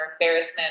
embarrassment